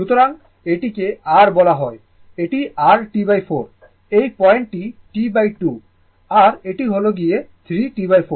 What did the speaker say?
সুতরাং এটিকে r বলা হয় এটি r T4 এই পয়েন্টটি T2 আর এটি হল গিয়ে 3 T4 এবং এটি T